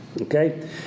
okay